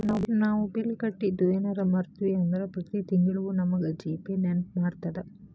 ನಾವು ಬಿಲ್ ಕಟ್ಟಿದ್ದು ಯೆನರ ಮರ್ತ್ವಿ ಅಂದ್ರ ಪ್ರತಿ ತಿಂಗ್ಳು ನಮಗ ಜಿ.ಪೇ ನೆನ್ಪ್ಮಾಡ್ತದ